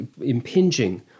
impinging